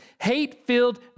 hate-filled